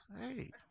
hey